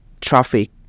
traffic